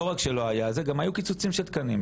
לא רק שלא היה זה אלא שגם היו קיצוצים של תקנים.